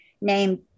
named